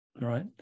right